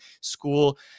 school –